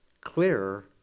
clearer